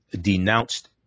denounced